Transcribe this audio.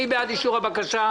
מי בעד אישור הבקשה?